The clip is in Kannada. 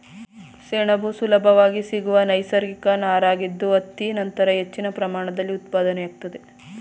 ಸೆಣಬು ಸುಲಭವಾಗಿ ಸಿಗುವ ನೈಸರ್ಗಿಕ ನಾರಾಗಿದ್ದು ಹತ್ತಿ ನಂತರ ಹೆಚ್ಚಿನ ಪ್ರಮಾಣದಲ್ಲಿ ಉತ್ಪಾದನೆಯಾಗ್ತದೆ